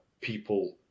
people